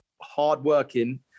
hardworking